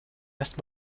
erst